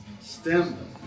stem